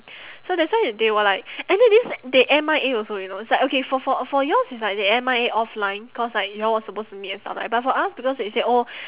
so that's why they were like and then this they M_I_A also you know it's like okay for for for yours it's like they M_I_A offline cause like y'all were supposed to meet and stuff right but for us because they said oh